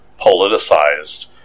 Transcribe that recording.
politicized